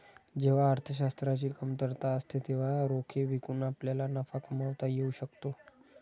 जेव्हा अर्थशास्त्राची कमतरता असते तेव्हा रोखे विकून आपल्याला नफा कमावता येऊ शकतो